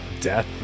death